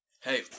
Hey